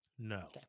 No